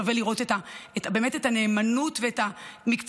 שווה לראות באמת את הנאמנות ואת המקצועיות